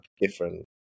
different